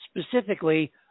specifically